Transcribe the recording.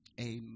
amen